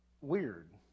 weird